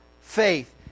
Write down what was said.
faith